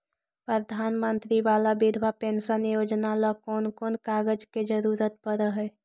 प्रधानमंत्री बाला बिधवा पेंसन योजना ल कोन कोन कागज के जरुरत पड़ है?